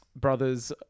brothers